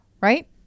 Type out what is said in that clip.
Right